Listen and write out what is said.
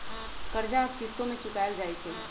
कर्जा अब किश्तो में चुकाएल जाई छई